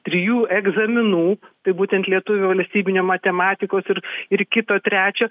trijų egzaminų tai būtent lietuvių valstybinio matematikos ir ir kito trečio